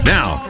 Now